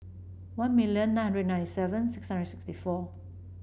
one million nine hundred nine seven six hundred sixty four